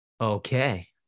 Okay